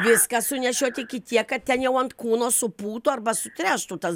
viską sunešiot iki tiek kad ten jau ant kūno supūtų arba sutręštų tas